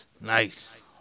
Nice